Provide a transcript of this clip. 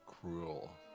cruel